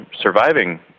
surviving